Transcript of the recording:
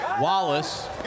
Wallace